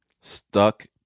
stuck